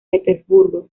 petersburgo